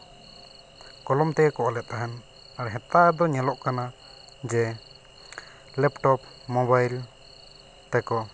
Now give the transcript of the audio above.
ᱠᱚᱞᱚᱢ ᱛᱮᱜᱮ ᱠᱚ ᱚᱞᱮᱫ ᱛᱟᱦᱮᱱ ᱟᱨ ᱱᱮᱛᱟᱨᱫᱚ ᱧᱮᱞᱚᱜ ᱠᱟᱱᱟ ᱡᱮ ᱞᱮᱯᱴᱚᱯ ᱢᱳᱵᱟᱭᱤᱞ ᱛᱮᱠᱚ